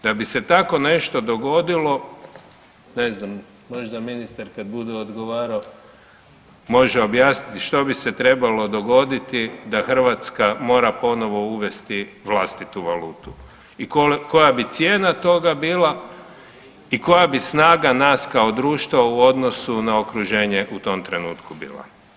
Da bi se tako nešto dogodilo, ne znam možda ministar kad bude odgovarao može objasniti što bi se trebalo dogoditi da Hrvatska mora ponovo uvesti vlastitu valutu i koja bi cijena toga bila i koja bi snaga nas kao društva u odnosu na okruženje u tom trenutku bila.